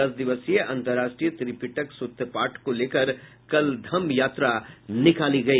दस दिवसीय अंतरर्राष्ट्रीय त्रिपिटक सुत्त पाठ को लेकर कल धम्म यात्रा निकाली गई